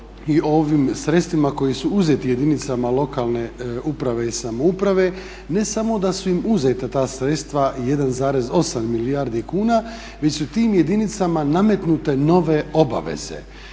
i ovim sredstvima koji su uzeti jedinicama lokalne uprave i samouprave ne samo da su im uzeta ta sredstva 1,8 milijardi kuna već su tim jedinicama nametnute nove obaveze.